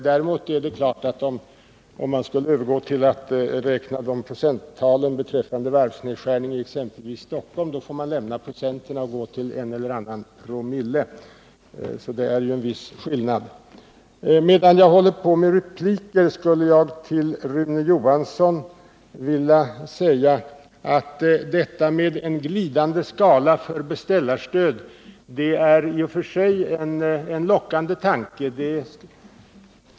Däremot är det klart att om man skulle övergå till att räkna procent beträffande varvsnedskärningar för exempelvis Stockholm, då får man lämna procenten och kommer fram till en eller annan promille. Det är en viss skillnad. Medan jag håller på med repliker skulle jag till Rune Johansson vilja säga att en glidande skala för beställarstöd i och för sig är en lockande tanke.